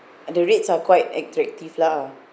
and the rates are quite attractive lah